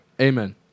Amen